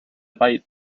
cite